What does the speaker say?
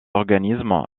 organismes